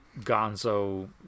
Gonzo